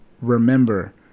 remember